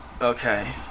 Okay